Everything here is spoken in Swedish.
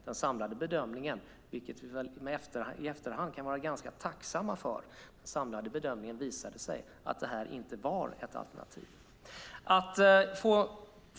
Den samlade bedömningen visade - vilket vi väl i efterhand kan vara ganska tacksamma för - att det här inte var ett alternativ.